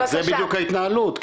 זה בדיוק ההתנהלות,